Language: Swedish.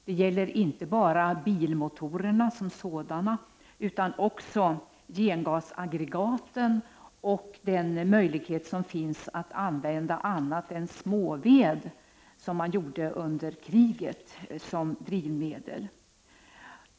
Det gäller inte bara bilmotorerna som sådana utan också gengasaggregaten och de möjligheter som finns att använda annat än småved, som man gjorde under kriget, som drivmedel.